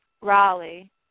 Raleigh